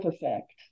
effect